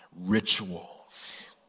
rituals